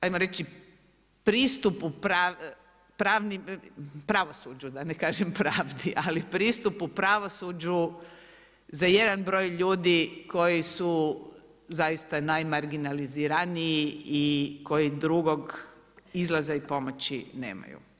ajmo reći pristupu pravosuđu, da ne kažem pravdi, ali pristupu pravosuđu za jedan broj ljudi koji su zaista najmarginaliziranije i koji drugog izlaza i pomoći nemaju.